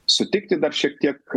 sutikti dar šiek tiek